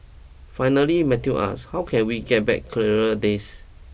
finally Matthew asks how can we get back clearer days